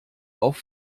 auf